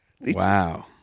Wow